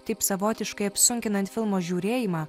taip savotiškai apsunkinant filmo žiūrėjimą